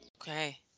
Okay